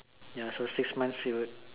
ya so six months it would